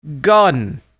Gun